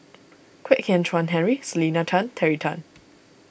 Kwek Hian Chuan Henry Selena Tan Terry Tan